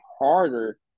harder